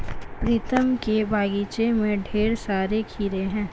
प्रीतम के बगीचे में ढेर सारे खीरे हैं